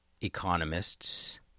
economists